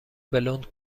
بلوند